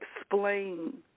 explain